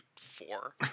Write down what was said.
four